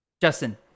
Justin